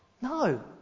No